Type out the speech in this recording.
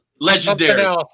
Legendary